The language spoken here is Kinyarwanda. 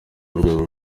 w’urwego